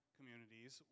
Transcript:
Communities